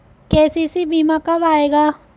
KCC बीमा कब आएगा?